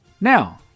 Now